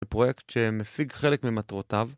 זה פרויקט שמשיג חלק ממטרותיו